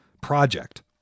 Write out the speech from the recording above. project